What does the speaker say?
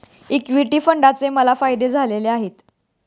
equity फंडाचे मला फायदेच झालेले आहेत